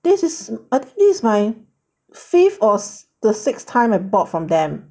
this is at least my fifth or the sixth time I bought from them